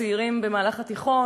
הצעירים במהלך התיכון